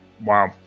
Wow